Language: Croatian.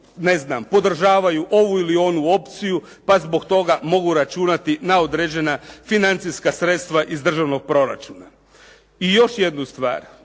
ne znam podržavaju ovu ili onu opciju pa zbog toga mogu računati na određena financijska sredstva iz državnog proračuna. I još jednu stvar